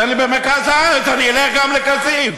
תן לי במרכז הארץ, אני אלך גם לכסיף.